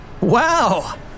Wow